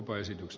kannatan ed